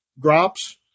drops